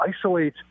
isolate